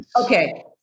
Okay